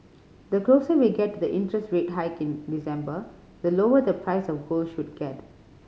the closer we get to the interest rate hike in December the lower the price of gold should get